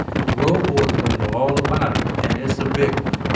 the parole board is gonna know all about it. and it's a big one.